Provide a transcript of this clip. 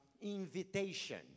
invitation